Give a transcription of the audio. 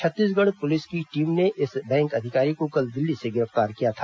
Chhattisgarh police की team ने इस बैंक अधिकारी को कल दिल्ली से गिरफ्तार किया था